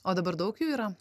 o dabar daug jų yra